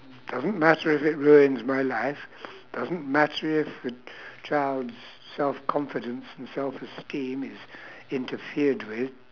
doesn't matter if it ruins my life doesn't matter if a child's self confidence and self esteem is interfered with